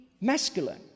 masculine